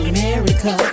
America